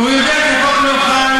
הוא יודע שהחוק לא חל.